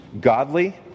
godly